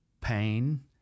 pain